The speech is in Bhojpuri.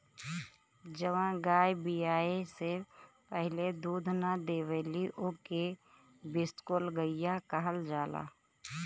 जवन गाय बियाये से पहिले दूध ना देवेली ओके बिसुकुल गईया कहल जाला